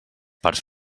parts